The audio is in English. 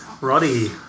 roddy